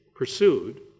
Pursued